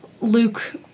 Luke